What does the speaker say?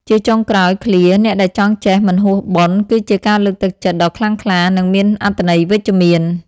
ជាចុងក្រោយ ឃ្លា "អ្នកដែលចង់ចេះ មិនហួស បុណ្យ" គឺជាការលើកទឹកចិត្តដ៏ខ្លាំងក្លា និងមានអត្ថន័យវិជ្ជមាន។